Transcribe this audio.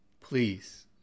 Please